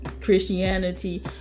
Christianity